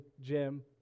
Jim